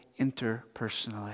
interpersonally